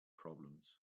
problems